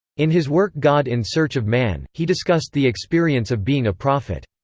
in his work god in search of man, he discussed the experience of being a prophet.